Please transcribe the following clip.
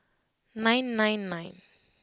nine nine nine